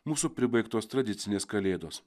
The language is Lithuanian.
mūsų pribaigtos tradicinės kalėdos